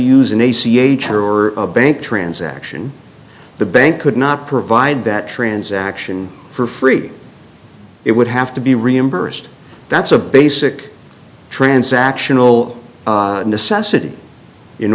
r or a bank transaction the bank could not provide that transaction for free it would have to be reimbursed that's a basic transactional necessity in